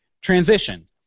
Transition